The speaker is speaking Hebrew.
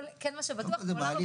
וכן מה שבטוח --- קודם כול זה מעליב,